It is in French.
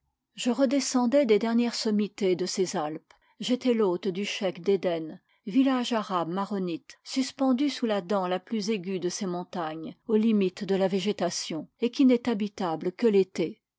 je redescendais des dernières sommités de ces alpes j'étais l'hôte du scheik d'éden village arabe maronite suspendu sous la dent la plus aiguë de ces montagnes aux limites de la végétation et qui n'est habitable que l'été